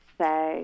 say